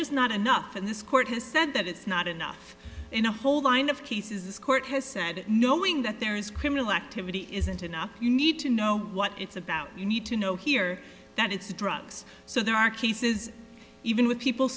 just not enough and this court has said that it's not enough in a whole line of cases this court has said that knowing that there is criminal activity isn't enough you need to know what it's about you need to know here that it's drugs so there are cases even with people